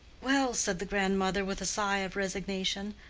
well, said the grandmother, with a sigh of resignation,